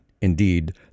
indeed